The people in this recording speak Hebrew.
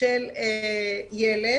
של ילד,